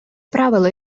правило